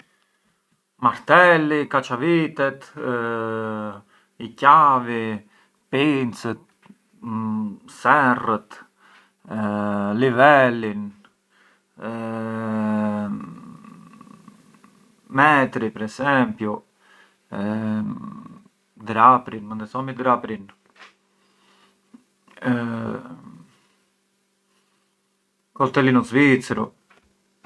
Marteli, kaçavitet, i chiavi, pincët, serrët, livelin, metri per esempiu, dhrapri, coltellinu svizzeru.